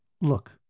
Look